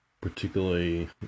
particularly